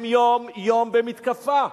הם יום-יום במתקפה.